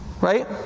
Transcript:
Right